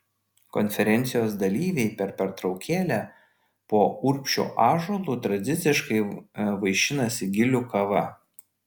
konferencijos dalyviai per pertraukėlę po urbšio ąžuolu tradiciškai vaišinasi gilių kava